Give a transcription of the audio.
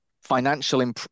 financial